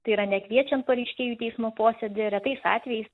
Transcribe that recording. tai yra nekviečiant pareiškėjų į teismo posėdį retais atvejais